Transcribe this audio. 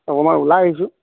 অকণমান ওলাই আহিছোঁ